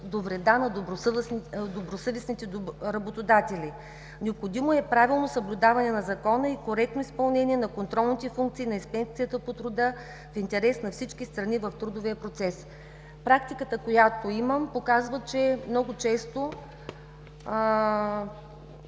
на добросъвестните работодатели. Необходимо е правилно съблюдаване на Закона и коректно изпълнение на контролните функции на Инспекцията по труда в интерес на всички страни в трудовия процес. Практиката, която имам, показва, че много често